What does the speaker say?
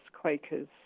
Quakers